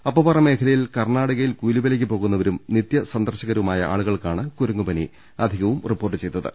അപ്പപ്പാറ മേഖലയിൽ കർണാടകയിൽ കൂലിവേലയ്ക്ക് പോകുന്നവരും നിത്യസന്ദർശകരുമായ ആളുകൾക്കാണ് കുര ങ്ങുപനി അധികവും റിപ്പോർട്ട് ചെയ്തിരിക്കുന്നത്